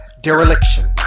dereliction